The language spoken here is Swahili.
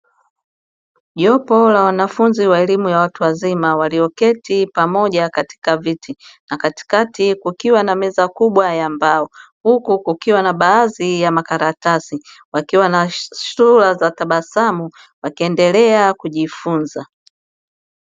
Jopo la wanafunzi wa elimu ya watu wazima walioketi pamoja katika viti na Katikati kukiwa na meza kubwa ya mbao huku kukiwa na baadhi ya makaratasi wakiwa na sura za tabasamu wakiendelea kujifunza.